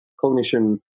cognition